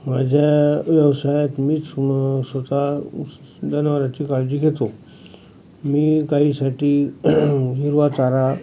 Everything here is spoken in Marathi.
माझ्या व्यवसायात मीच म स्वतः जनावरांची काळजी घेतो मी गाईसाठी हिरवा चारा